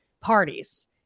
parties